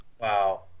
Wow